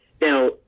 Now